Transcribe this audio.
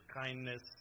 kindness